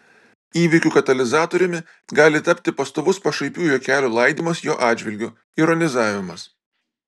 įvykių katalizatoriumi gali tapti pastovus pašaipių juokelių laidymas jo atžvilgiu ironizavimas